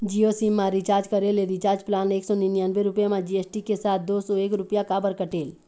Jio sim मा recharge करे ले रिचार्ज प्लान एक सौ निन्यानबे रुपए मा जी.एस.टी के साथ दो सौ एक रुपया काबर कटेल?